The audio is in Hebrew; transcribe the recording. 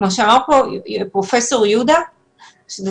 כפי שאמר כאן פרופסור יהודה אדלר,